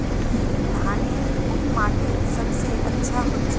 धानेर कुन माटित सबसे अच्छा होचे?